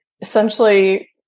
essentially